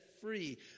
free